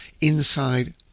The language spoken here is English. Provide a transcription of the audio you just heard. inside